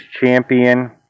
champion